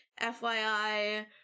FYI